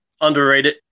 Underrated